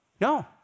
No